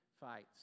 fights